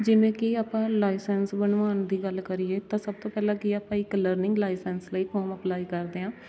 ਜਿਵੇਂ ਕਿ ਆਪਾਂ ਲਾਇਸੈਂਸ ਬਣਵਾਉਣ ਦੀ ਗੱਲ ਕਰੀਏ ਤਾਂ ਸਭ ਤੋਂ ਪਹਿਲਾਂ ਕੀ ਆ ਆਪਾਂ ਇੱਕ ਲਰਨਿੰਗ ਲਾਇਸੈਂਸ ਲਈ ਫੌਮ ਅਪਲਾਈ ਕਰਦੇ ਹਾਂ